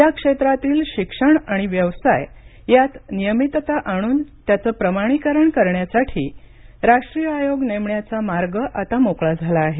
या क्षेत्रातील शिक्षण आणि व्यवसाय यात नियमितता आणून त्याचं प्रमाणीकरण करण्यासाठी राष्ट्रीय आयोग नेमण्याचा मार्ग आता मोकळा झाला आहे